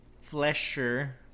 Flesher